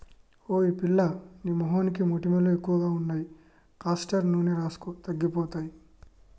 ఓయ్ పిల్లా నీ మొహానికి మొటిమలు ఎక్కువగా ఉన్నాయి కాస్టర్ నూనె రాసుకో తగ్గిపోతాయి